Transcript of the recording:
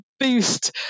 boost